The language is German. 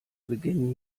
beginnen